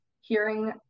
hearing